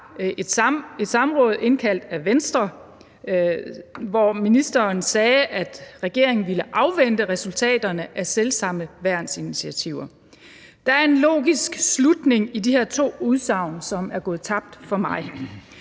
et samråd indkaldt af Venstre, at regeringen ville afvente resultaterne af selv samme værnsinitiativer. Der er en logisk slutning i de her to udsagn, som er gået tabt for mig.